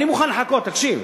תקשיב,